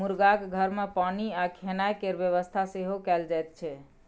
मुरगाक घर मे पानि आ खेनाइ केर बेबस्था सेहो कएल जाइत छै